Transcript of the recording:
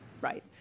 right